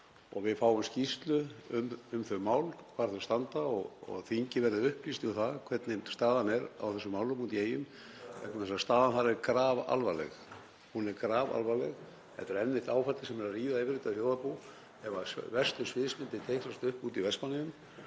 að við fáum skýrslu um þau mál, hvar þau standa, og að þingið verði upplýst um það hvernig staðan er á þessum málum úti í Eyjum vegna þess að staðan þar er grafalvarleg. Hún er grafalvarleg. Þetta er enn eitt áfallið sem er að ríða yfir þetta þjóðarbú ef verstu sviðsmyndir teiknast upp úti í Vestmannaeyjum.